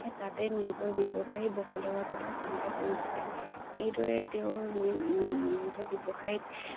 তাতে নিজৰ ব্যৱসায় বহলোৱাৰ কথা চিন্তা কৰিছে এইদৰে তেওঁৰ নিজৰ ব্যৱসায়ত